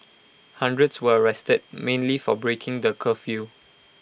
hundreds were arrested mainly for breaking the curfew